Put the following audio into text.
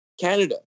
Canada